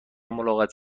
ملاقات